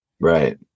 Right